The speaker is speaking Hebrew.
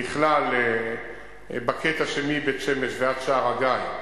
נכלל בקטע שמבית-שמש ועד שער-הגיא,